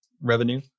revenue